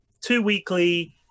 two-weekly